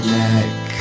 neck